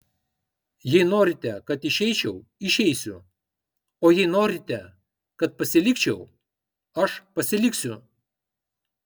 jei norite kad išeičiau išeisiu o jei norite kad pasilikčiau aš pasiliksiu